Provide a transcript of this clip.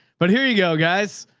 but here you go guys.